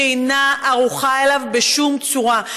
שאינה ערוכה לו בשום צורה.